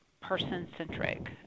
person-centric